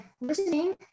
listening